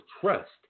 trust